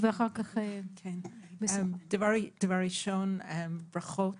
דבר ראשון, ברכות